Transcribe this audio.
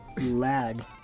lag